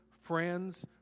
friends